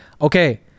okay